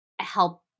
help